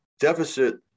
Deficit